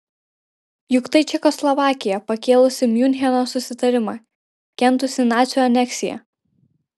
juk tai čekoslovakija pakėlusi miuncheno susitarimą kentusi nacių aneksiją